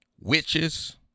witches